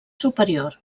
superior